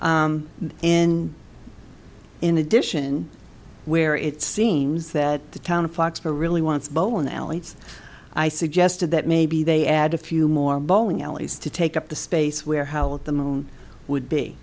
in in addition where it seems that the town of foxborough really wants bowling alleys i suggested that maybe they add a few more bowling alleys to take up the space where howl at the moon would be